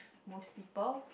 most people